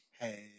Hey